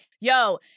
yo